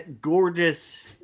gorgeous